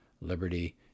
liberty